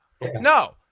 No